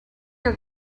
are